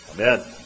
Amen